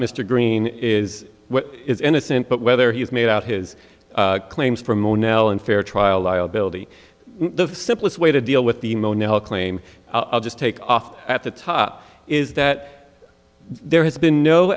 mr green is is innocent but whether he's made out his claims for more nail and fair trial liability the simplest way to deal with the claim i'll just take off at the top is that there has been no